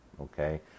okay